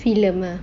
film ah